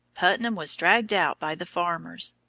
putnam was dragged out by the farmers.